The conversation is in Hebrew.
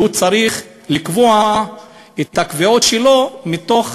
והוא צריך לקבוע את הקביעות שלו מתוך